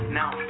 now